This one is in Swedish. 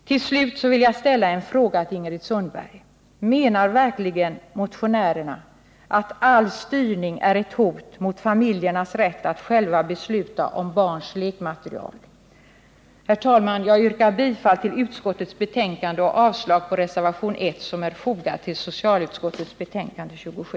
Till slut vill jag ställa en fråga till Ingrid Sundberg: Menar verkligen motionärerna att all styrning är ett hot mot familjernas rätt att själva besluta om barnens lekmateriel? Herr talman! Jag yrkar bifall till utskottets hemställan och avslag på reservationen 1 vid socialutskottets betänkande nr 27.